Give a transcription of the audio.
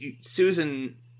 Susan